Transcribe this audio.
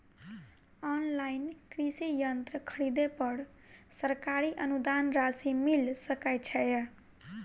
Online कृषि यंत्र खरीदे पर सरकारी अनुदान राशि मिल सकै छैय?